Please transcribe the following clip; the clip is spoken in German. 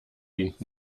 dient